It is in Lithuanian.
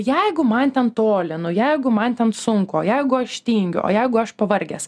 jeigu man ten toli nu jeigu man ten sunku o jeigu aš tingiu o jeigu aš pavargęs